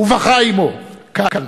ובכה עמו כאן.